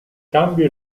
cambio